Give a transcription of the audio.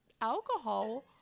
alcohol